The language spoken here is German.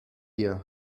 hier